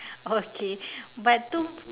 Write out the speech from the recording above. okay but too